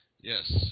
Yes